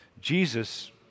Jesus